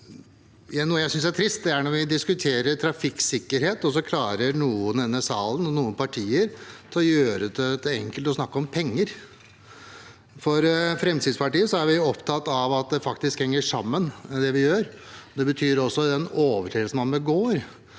Noe jeg synes er trist, er når vi diskuterer trafikksikkerhet og noen i denne salen – noen partier – klarer å gjøre det til helt enkelt å snakke om penger. For Fremskrittspartiets del er vi opptatt av at det faktisk henger sammen med det vi gjør. Det betyr også at den overtredelsen man begår